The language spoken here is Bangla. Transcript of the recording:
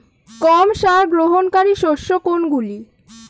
কম সার গ্রহণকারী শস্য কোনগুলি?